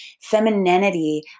femininity